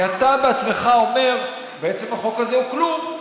כי אתה בעצמך אומר שבעצם החוק הזה הוא כלום.